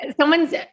Someone's